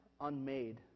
unmade